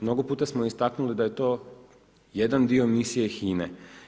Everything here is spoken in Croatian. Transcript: Mnogo puta smo istaknuli da je to jedan dio misije HINA-e.